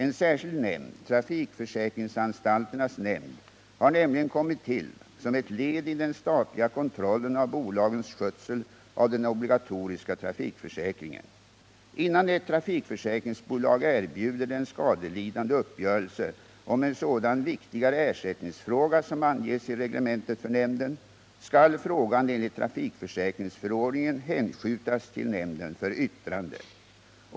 En särskild nämnd, trafikförsäkringsanstalternas nämnd, har nämligen kommit till som ett led i den statliga kontrollen av bolagens skötsel av den obligatoriska trafikförsäkringen. Innan ett trafikförsäkringsbolag erbjuder den skadelidande uppgörelse om en sådan viktigare ersättningsfråga som anges i reglementet för nämnden, skall frågan enligt trafikförsäkringsförordningen hänskjutas till nämnden för yttrande.